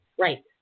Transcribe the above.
Right